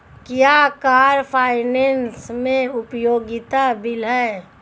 क्या car finance एक उपयोगिता बिल है?